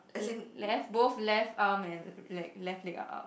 l~ left both left arm and like left leg are up